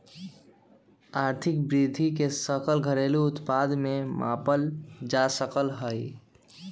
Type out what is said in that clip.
आर्थिक वृद्धि के सकल घरेलू उत्पाद से मापल जा सका हई